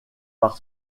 par